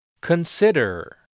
Consider